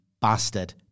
bastard